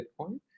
Bitcoin